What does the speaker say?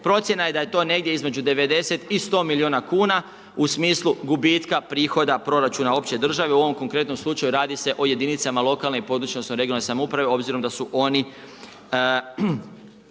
Procjena je da je to negdje između 90 i 100 miliona kuna u smislu gubitka prihoda proračuna opće države. U ovom konkretnom slučaju radi se o jedinicama lokalne i područne odnosno regionalne samouprave obzirom da su oni